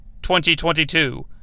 2022